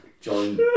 Join